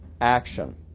action